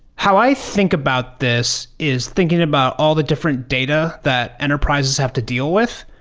how i think about this is thinking about all the different data that enterprises have to deal with.